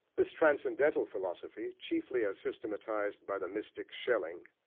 this transcendental philosophy, chiefly as systematised by the mystic schelling,